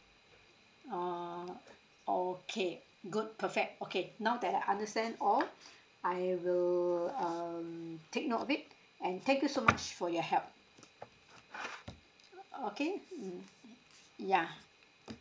oh okay good perfect okay now that I understand all I will um take note of it and thank you so much for your help okay mm yeah